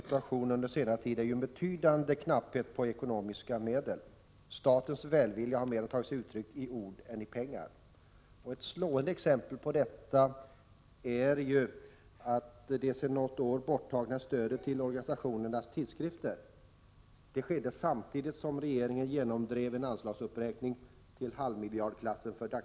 Televerket skriver: ”Er telefon med telefonnummer enligt ovan används enligt våra noteringar i en rörelse/verksamhet. Eftersom en prisdifferentiering mellan sådana abonnemang och hushållsabonnemang kommer att ske under 1988 vill vi kontrollera att ———"".